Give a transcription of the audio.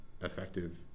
effective